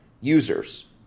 users